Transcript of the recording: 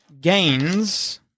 gains